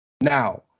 Now